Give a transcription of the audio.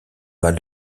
val